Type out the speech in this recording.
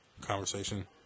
conversation